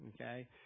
Okay